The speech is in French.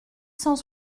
cent